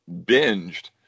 binged